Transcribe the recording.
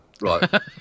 right